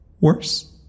Worse